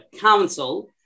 council